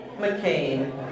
McCain